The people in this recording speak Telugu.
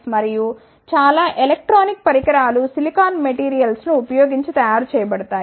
మరియు చాలా ఎలక్ట్రానిక్ పరికరాలు సిలికాన్ మెటీరియల్స్ ను ఉపయోగించి తయారు చేయబడతాయి